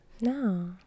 no